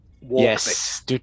Yes